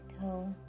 toe